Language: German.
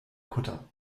kutter